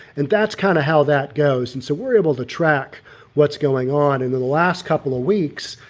and that's kind of how that goes. and so we're able to track what's going on in the last couple of weeks.